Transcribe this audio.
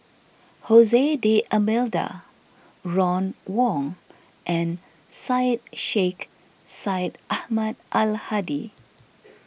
Jose D'Almeida Ron Wong and Syed Sheikh Syed Ahmad Al Hadi